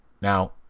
Now